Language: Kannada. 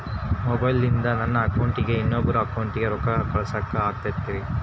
ಮೊಬೈಲಿಂದ ನನ್ನ ಅಕೌಂಟಿಂದ ಇನ್ನೊಬ್ಬರ ಅಕೌಂಟಿಗೆ ರೊಕ್ಕ ಕಳಸಾಕ ಆಗ್ತೈತ್ರಿ?